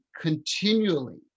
continually